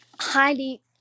highly